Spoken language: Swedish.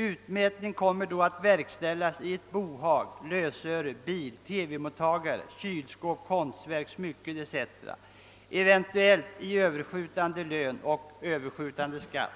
Utmätning kommer då att verkställas i Ert bohag, lösöre, bil, TV-mottagare, konstverk, kylskåp etc. ävensom i Er lön och event. överskjutande skatt.